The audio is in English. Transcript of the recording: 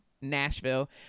Nashville